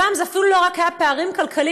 הפעם זה אפילו לא היה רק פערים כלכליים,